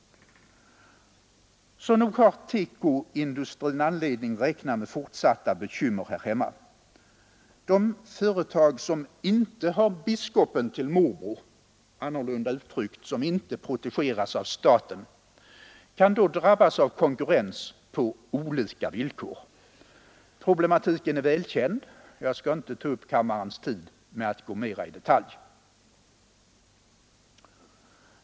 Så nog har TEKO-industrin anledning räkna med fortsatta bekymmer här hemma. De företag som inte har biskopen till morbror — annorlunda uttryckt: som inte protegeras av staten — kan då drabbas av konkurrens på olika villkor. Problematiken är välkänd — jag skall inte ta upp kammarens tid med att gå mera i detalj.